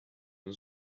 den